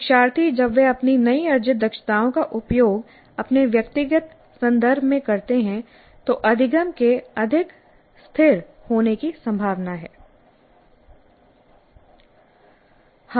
शिक्षार्थी जब वे अपनी नई अर्जित दक्षताओं का उपयोग अपने व्यक्तिगत संदर्भ में करते हैं तो अधिगम के अधिक स्थिर होने की संभावना है